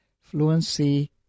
Fluency